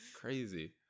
Crazy